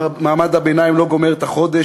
מעמד הביניים לא גומר את החודש.